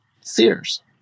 Sears